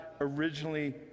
originally